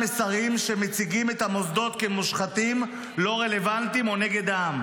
אני לא מפריעה לו,